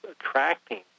attracting